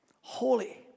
Holy